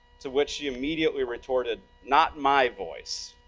to which she immediately retorted, not my voice.